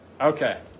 Okay